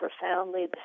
profoundly